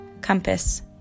compass